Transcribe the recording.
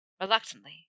Reluctantly